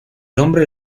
hombre